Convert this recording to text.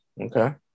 Okay